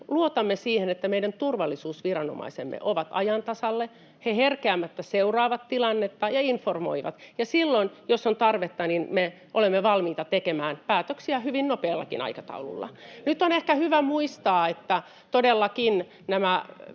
luotamme siihen, että meidän turvallisuusviranomaisemme ovat ajan tasalla, he herkeämättä seuraavat tilannetta ja informoivat, ja silloin, jos on tarvetta, me olemme valmiita tekemään päätöksiä hyvin nopeallakin aikataululla. Nyt on ehkä hyvä muistaa, että todellakin